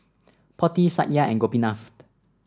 Potti Satya and Gopinath